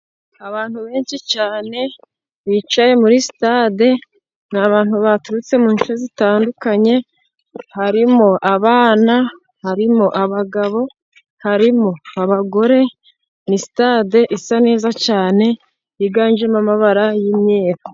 Abantu benshi cyane bicaye muri sitade, ni abantu baturutse mu duce zitandukanye harimo abana, harimo abagabo, harimo abagore. Ni stade isa neza cyane yiganjemo amabara y'imyeru.